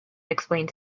explained